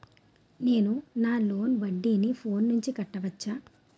నేను నా లోన్ వడ్డీని ఫోన్ నుంచి కట్టవచ్చా?